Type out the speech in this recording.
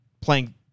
playing